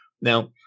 Now